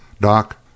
Doc